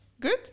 good